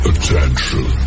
Attention